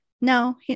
no